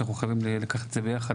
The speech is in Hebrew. שחייבים לקחת את זה ביחד,